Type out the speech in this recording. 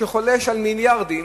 שחולש על מיליארדים,